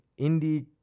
indie